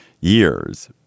years